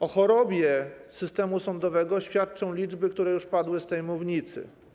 O chorobie systemu świadczą liczby, które już padły z tej mównicy.